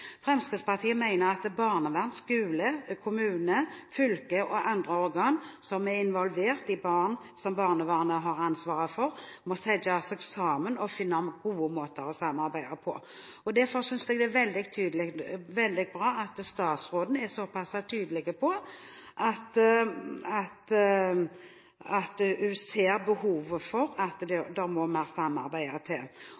Fremskrittspartiet mener at barnevern, skole, kommune, fylke og andre organ som er involvert i barn som barnevernet har ansvaret for, må sitte sammen og finne gode måter å samarbeide på. Derfor synes jeg det er veldig bra at statsråden er såpass tydelig på at hun ser behovet for at det